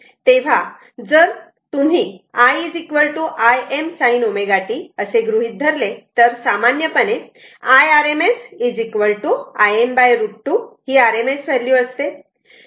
तेव्हा जर तुम्ही i Im sin t असे गृहीत धरले तर सामान्यपणे Irms Im √ 2 ही RMS व्हॅल्यू असते